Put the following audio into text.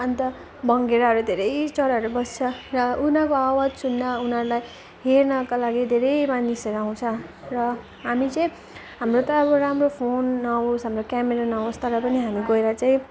अन्त भङ्गेराहरू धेरै चराहरू बस्छ र उनीहरूको आवाज सुन्न उनीहरूलाई हेर्नका लागि धेरै मानिसहरू आउँछ र हामी चाहिँ हाम्रो त अब राम्रो फोन नहोस् हाम्रो क्यामेरा नहोस् तर पनि हामी गएर चाहिँ